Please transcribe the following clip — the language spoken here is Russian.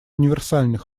универсальный